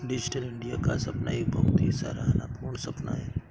digital India का सपना एक बहुत ही सराहना पूर्ण सपना है